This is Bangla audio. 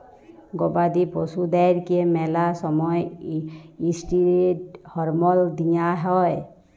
গবাদি পশুদ্যারকে ম্যালা সময়ে ইসটিরেড হরমল দিঁয়া হয়